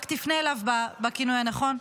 רק תפנה אליו בכינוי הנכון.